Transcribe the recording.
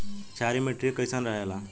क्षारीय मिट्टी कईसन रहेला?